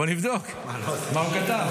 בוא נבדוק מה הוא כתב.